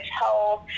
health